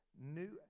new